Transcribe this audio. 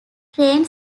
crane